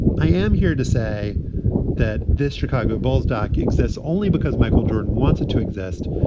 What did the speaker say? i am here to say that this chicago bulls dock exists only because michael jordan wants it to exist,